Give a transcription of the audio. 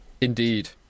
indeed